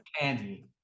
Candy